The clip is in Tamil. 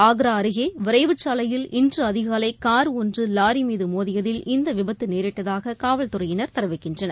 ஆக்ராஅருகேவிரைவுச்சாலையில் இன்றுஅதிகாலைகார் ஒன்றுலாரிமீதுமோதயதில் இந்தவிபத்துநேரிட்டதாககாவல்துறையினர் தெரிவிக்கின்றனர்